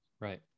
Right